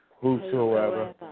Whosoever